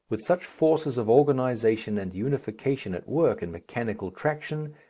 with such forces of organization and unification at work in mechanical traction,